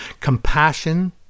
Compassion